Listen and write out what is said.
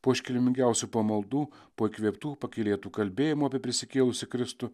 po iškilmingiausių pamaldų po įkvėptų pakylėtų kalbėjimų apie prisikėlusį kristų